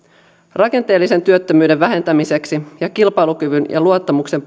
rakenteellisen työttömyyden vähentämiseksi ja kilpailukyvyn ja luottamuksen